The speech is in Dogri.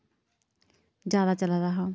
जादा चल दा हा